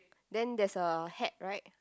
then there's a hat right